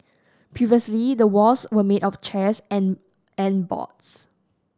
previously the walls were made of chairs and and boards